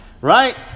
right